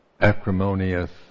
acrimonious